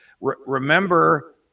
Remember